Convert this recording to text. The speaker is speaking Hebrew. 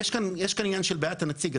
יש כאן את העניין של בעיית הנציג.